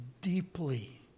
deeply